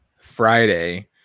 Friday